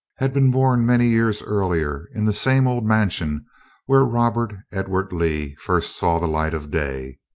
had been born many years earlier in the same old mansion where robert edward lee first saw the light of day.